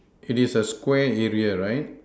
it is a Square area right